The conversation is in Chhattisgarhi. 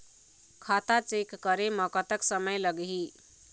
खाता चेक करे म कतक समय लगही?